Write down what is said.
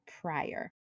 prior